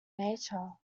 nature